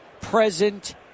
present